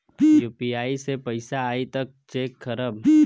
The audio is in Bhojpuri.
यू.पी.आई से पैसा आई त कइसे चेक करब?